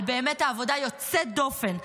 על העבודה היוצאת דופן באמת,